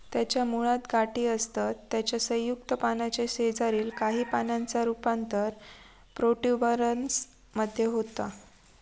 त्याच्या मुळात गाठी असतत त्याच्या संयुक्त पानाच्या शेजारील काही पानांचा रूपांतर प्रोट्युबरन्स मध्ये होता